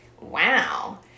wow